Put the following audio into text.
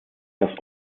das